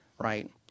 right